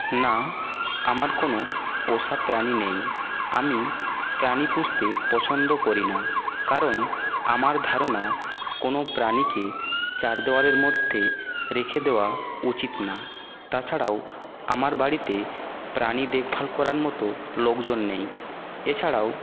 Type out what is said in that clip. না আমার কোনও পোষা প্রাণী নেই আমি প্রাণী পুষতে পছন্দ করি না কারণ আমার ধারণা কোনো প্রাণীকে চার দেওয়ালের মধ্যে রেখে দেওয়া উচিত না তাছাড়াও আমার বাড়িতে প্রাণী দেখভাল করার মতো লোকজন নেই এছাড়াও